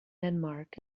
denmark